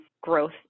growth